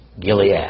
Gilead